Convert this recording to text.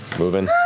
moving.